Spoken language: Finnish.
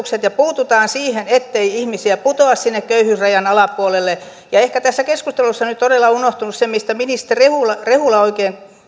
nämä vaikutukset ja puututaan siihen ettei ihmisiä putoa sinne köyhyysrajan alapuolelle ehkä tässä keskustelussa nyt todella on unohtunut se mistä ministeri rehula rehula oikein